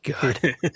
good